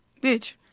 Bitch